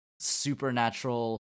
supernatural